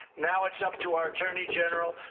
now it's up to our attorney general.